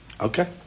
okay